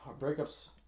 breakups